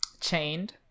chained